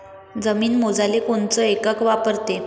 जमीन मोजाले कोनचं एकक वापरते?